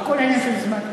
הכול עניין של זמן.